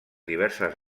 diverses